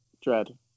Dread